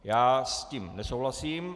Já s tím nesouhlasím.